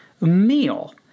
meal